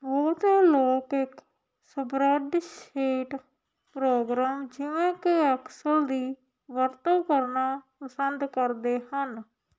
ਬਹੁਤੇ ਲੋਕ ਇੱਕ ਸਪ੍ਰੈਡਸ਼ੀਟ ਪ੍ਰੋਗਰਾਮ ਜਿਵੇਂ ਕਿ ਐਕਸਲ ਦੀ ਵਰਤੋਂ ਕਰਨਾ ਪਸੰਦ ਕਰਦੇ ਹਨ